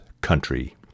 country